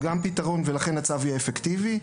ולכן הצו יהיה אפקטיבי,